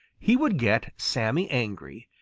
he would get sammy angry,